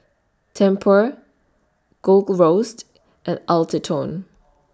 Tempur Gold Roast and Atherton